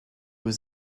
was